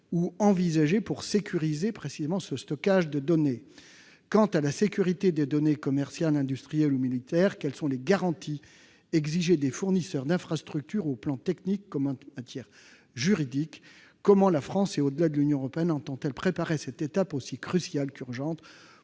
sont envisagées pour sécuriser le stockage des données ? Quant à la sécurité des données commerciales, industrielles ou miliaires, quelles sont les garanties exigées des fournisseurs d'infrastructures, du point de vue technique comme juridique ? Comment la France et, au-delà, l'Union européenne entendent-elles préparer cette étape aussi cruciale qu'urgente ?